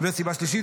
סיבה שלישית,